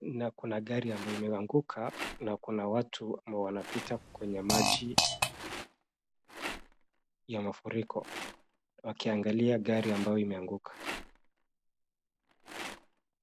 na kuna gari ambayo imeanguka na kuna watu ambao wanapita kwa maji ya mafuriko wakiangalia gari ambayo imeanguka.